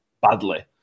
badly